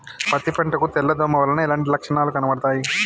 నా పత్తి పంట కు తెల్ల దోమ వలన ఎలాంటి లక్షణాలు కనబడుతాయి?